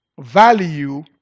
Value